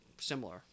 similar